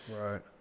Right